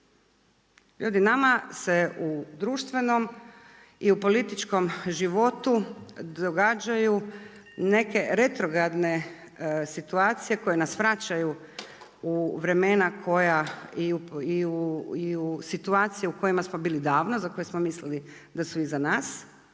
Ljudi nama se u društvenom i u političkom životu događaju neke retrogradne situacije koje nas vraćaju u vremena koja i u situacije u kojima smo bili davno za koje smo mislili da su iza nas,